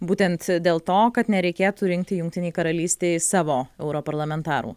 būtent dėl to kad nereikėtų rinkti jungtinei karalystei savo europarlamentarų